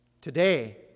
Today